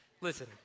Listen